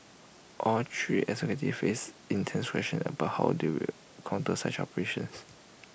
all three executives face intense questioning about how do counter such operations